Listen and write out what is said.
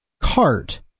cart